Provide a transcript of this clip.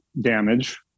damage